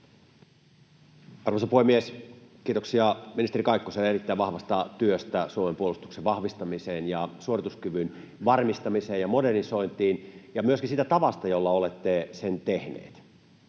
Arvoisa puhemies! Kiitoksia ministeri Kaikkoselle erittäin vahvasta työstä Suomen puolustuksen vahvistamiseksi ja suorituskyvyn varmistamiseksi ja modernisoinniksi ja myöskin siitä tavasta, jolla olette sen tehnyt.